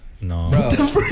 no